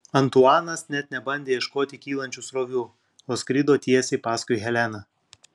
antuanas net nebandė ieškoti kylančių srovių o skrido tiesiai paskui heleną